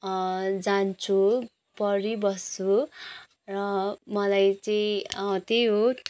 जान्छु पढिबस्छु र मलाई चाहिँ त्यही हो